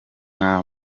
nta